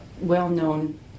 well-known